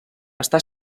està